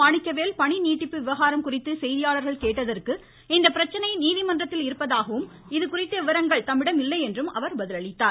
மாணிக்கவேல் பணிநீட்டிப்பு விவகாரம் குறித்து செய்தியாளர்கள் கேட்டதற்கு இப்பிரச்சனை நீதிமன்றத்தில் உள்ளதாகவும் அதுகுறித்த விவரங்கள் தம்மிடம் இல்லையென்றும் அவர் பதிலளித்தார்